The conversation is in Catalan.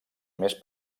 més